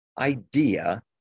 idea